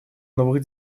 новых